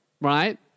right